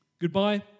goodbye